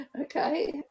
Okay